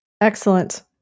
Excellent